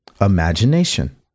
Imagination